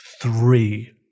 three